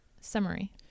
summary